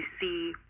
see